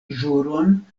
ĵuron